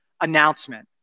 announcement